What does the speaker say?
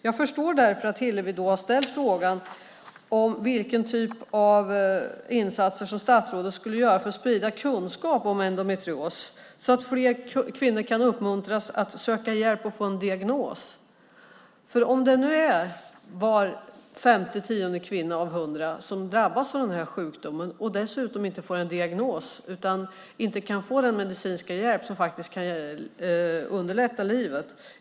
Jag förstår varför Hillevi har ställt frågan om vilken typ av insatser som statsrådet skulle göra för att sprida kunskap om endometrios så att fler kvinnor kan uppmuntras att söka hjälp och få diagnos. Det är nu fem till tio kvinnor av hundra som drabbas av sjukdomen, och som dessutom inte får en diagnos och inte kan få den medicinska hjälp som kan underlätta livet.